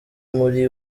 muri